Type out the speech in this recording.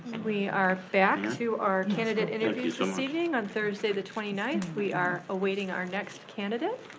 we are back to our candidate interviews this evening on thursday the twenty ninth. we are awaiting our next candidate.